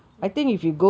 ya